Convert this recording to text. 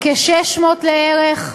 600 לערך.